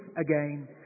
again